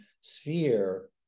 sphere